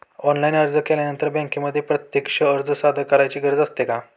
Online अर्ज केल्यानंतर बँकेमध्ये प्रत्यक्ष अर्ज सादर करायची गरज असते का?